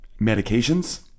medications